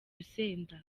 urusenda